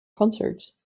concerts